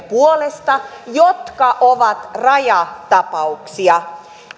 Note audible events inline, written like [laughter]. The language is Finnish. [unintelligible] puolesta jotka ovat rajatapauksia